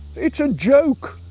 it's a joke.